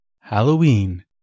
Halloween